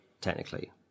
technically